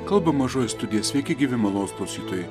kalba mažoji studija sveiki gyvi malonūs klausytojai